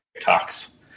TikToks